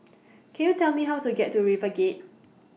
Can YOU Tell Me How to get to RiverGate